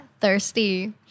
thirsty